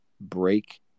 break